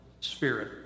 spirit